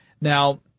Now